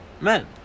men